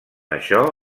això